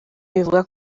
bivugwa